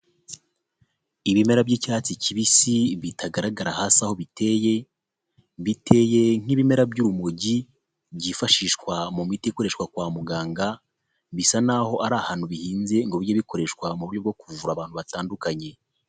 Ibimera by'icyatsi kibisi bitagaragara hasi aho biteye, biteye nk'ibimera by'urumogi byifashishwa mu miti ikoreshwa kwa muganga, bisa n'aho ari ahantu bihinze, ngo bijye bikoreshwa mu buryo bwo kuvura abantu batandukanye.